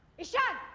ishaan?